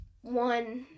one